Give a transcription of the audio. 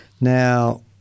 Now